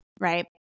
right